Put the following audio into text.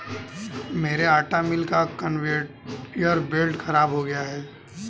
मेरे आटा मिल का कन्वेयर बेल्ट खराब हो गया है